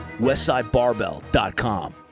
WestsideBarbell.com